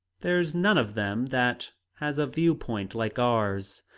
there's none of them that has a view-point like ours.